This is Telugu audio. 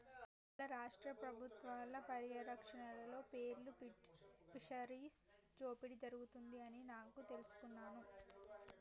ఇయ్యాల రాష్ట్ర పబుత్వాల పర్యారక్షణలో పేర్ల్ ఫిషరీస్ దోపిడి జరుగుతుంది అని నాను తెలుసుకున్నాను